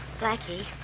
Blackie